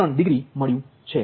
03 degree મલ્યુ છે